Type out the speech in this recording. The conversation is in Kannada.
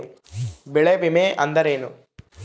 ಬೆಳೆ ವಿಮೆ ಅಂದರೇನು?